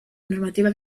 normativa